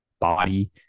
body